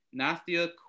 Nastia